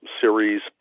series